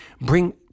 bring